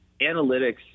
analytics